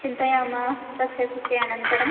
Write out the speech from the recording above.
चिन्तयामः तस्य कृते अनन्तरं